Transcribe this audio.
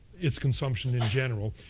its consumption in general,